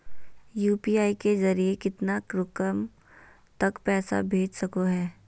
UPI के जरिए कितना रकम तक पैसा भेज सको है?